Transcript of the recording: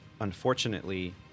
unfortunately